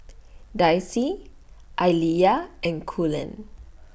Dicy Aaliyah and Cullen